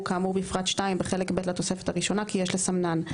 כאמור בפרט 2 בחלק ב' לתוספת הראשונה כי יש לסמנן.